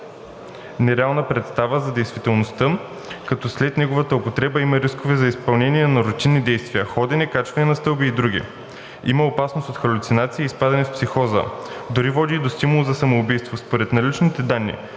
нереална представа за действителността, като след неговата употреба има рискове за изпълнение на рутинни действия – ходене, качване на стълби и други. Има опасност от халюцинации и изпадане в психоза, дори води и до стимул за самоубийство. Според наличните данни